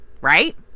right